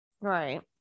right